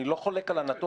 אני לא חולק על הנתון.